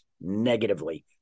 negatively